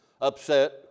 Upset